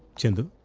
chandu